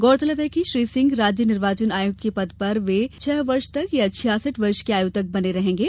गौरतलब है कि श्री सिंह राज्य निर्वाचन आयुक्त के पद पर वे छह वर्ष तक या छियासठ वर्ष की आयु तक बने रहेंगे